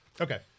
Okay